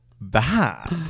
bad